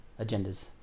agendas